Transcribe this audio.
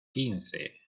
quince